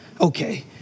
Okay